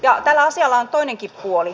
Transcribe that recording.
ja tällä asialla on toinenkin puoli